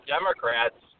Democrats